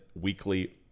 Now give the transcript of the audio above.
weekly